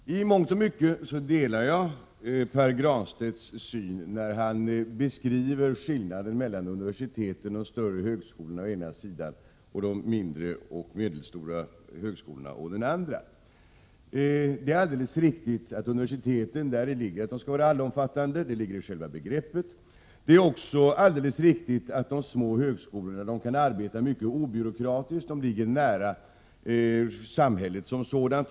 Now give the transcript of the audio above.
Fru talman! I mångt och mycket delar jag Pär Granstedts syn när han beskriver skillnaden mellan universiteten och de större högskolorna å den ena sidan och de mindre och medelstora högskolorna å den andra. Det är alldeles riktigt att universiteten skall vara allomfattande — det ligger i själva begreppet. Det är också alldeles riktigt att de små högskolorna kan arbeta mycket obyråkratiskt. De ligger nära samhället som sådant.